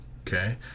Okay